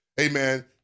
amen